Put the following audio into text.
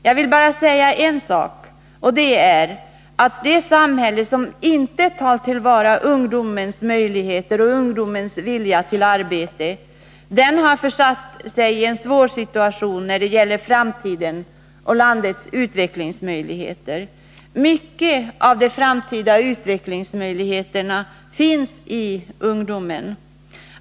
Jag vill bara säga att det samhälle som inte tar till vara ungdomens möjligheter och ungdomens vilja till arbete har försatt sig i en svår situation när det gäller framtiden och landets utvecklingsmöjligheter. Mycket av de framtida utvecklingsmöjligheterna finns i ungdomen.